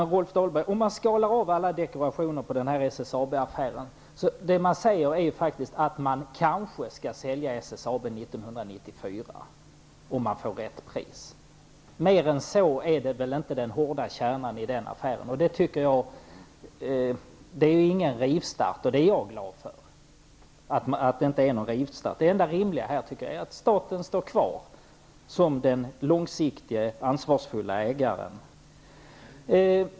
Fru talman! Om vi skalar av alla dekorationer på SSAB-affären, Rolf Dahlberg, finner vi att man säger att man kanske skall sälja SSAB 1994, om man får rätt pris. Mer än så är väl inte den hårda kärnan i den affären. Det är ingen rivstart -- och det är jag glad för. Det enda rimliga är att staten står kvar som den långsiktige, ansvarsfulle ägaren.